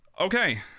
Okay